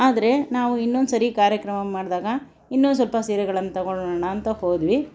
ಆದರೆ ನಾವು ಇನ್ನೊಂದು ಸರಿ ಕಾರ್ಯಕ್ರಮ ಮಾಡಿದಾಗ ಇನ್ನೂ ಸ್ವಲ್ಪ ಸೀರೆಗಳನ್ನು ತಗೊಳೋಣ ಅಂತ ಹೋದ್ವಿ